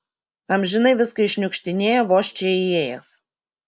amžinai viską iššniukštinėja vos čia įėjęs